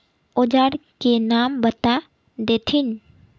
औजार के नाम बता देथिन?